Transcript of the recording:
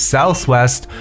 Southwest